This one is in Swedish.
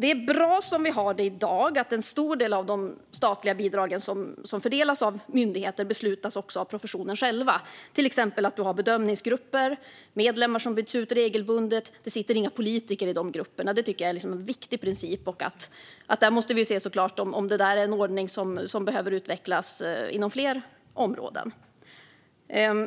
Det är bra som vi har det i dag: att en stor del av de statliga bidrag som fördelas av myndigheter beslutas av professionen själv, till exempel genom att man har bedömningsgrupper med medlemmar som regelbundet byts ut. Det sitter inga politiker i de grupperna. Det tycker jag är en viktig princip. Vi måste såklart se om detta är en ordning som behöver utvecklas inom fler områden.